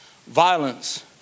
Violence